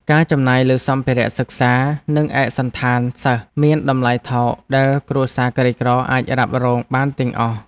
ការចំណាយលើសម្ភារៈសិក្សា និងឯកសណ្ឋានសិស្សមានតម្លៃថោកដែលគ្រួសារក្រីក្រអាចរ៉ាប់រងបានទាំងអស់។